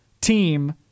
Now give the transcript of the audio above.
team